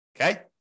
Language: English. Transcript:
Okay